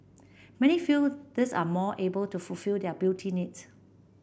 many feel these are more able to fulfil their beauty needs